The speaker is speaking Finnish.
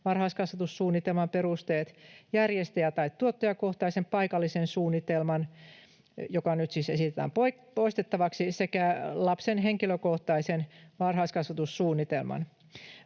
varhaiskasvatussuunnitelman perusteet, järjestäjä- tai tuottajakohtaisen paikallisen suunnitelman, joka nyt siis esitetään poistettavaksi, sekä lapsen henkilökohtaisen varhaiskasvatussuunnitelman.